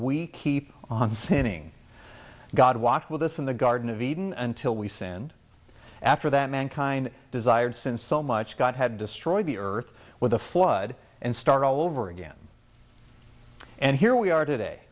we keep on sinning god walk with us in the garden of eden until we send after that mankind desired since so much god had destroyed the earth with the flood and start all over again and here we are today